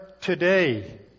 today